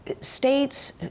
States